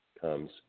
comes